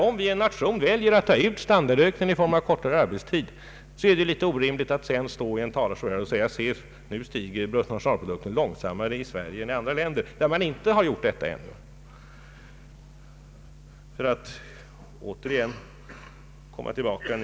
Om en nation väljer att ta ut standardökningen i form av kortare arbetstid, så är det orimligt att stå här i talarstolen och säga att bruttonationalprodukten stiger långsammare i det landet än på andra håll där man ännu inte har förkortat arbetstiden och anföra detta som bevis för en dålig regeringspolitik.